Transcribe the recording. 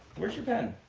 where's your pen?